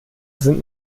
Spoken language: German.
sind